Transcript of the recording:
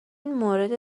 مورد